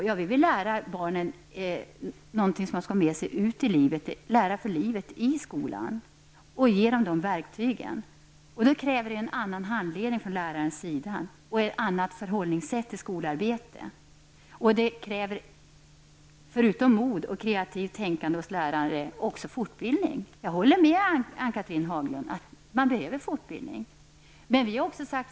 Jo, vi vill lära dem sådant som de har nytta av när de går ut i livet. I skolan skall de lära för livet. Vi vill ge dem verktygen för att kunna göra det. Det kräver en annan handledning från läraren och ett annat förhållningssätt till skolarbete. Förutom mod och kreativt tänkande hos läraren kräver det också fortbildning. Jag håller med Ann-Cathrine Haglund om att fortbildning behövs.